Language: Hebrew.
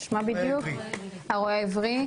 הרועה העברי,